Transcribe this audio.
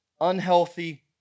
unhealthy